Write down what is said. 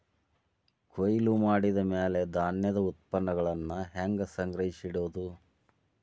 ಕೊಯ್ಲು ಮಾಡಿದ ಮ್ಯಾಲೆ ಧಾನ್ಯದ ಉತ್ಪನ್ನಗಳನ್ನ ಹ್ಯಾಂಗ್ ಸಂಗ್ರಹಿಸಿಡೋದು?